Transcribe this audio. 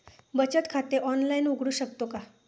बचत खाते ऑनलाइन उघडू शकतो का?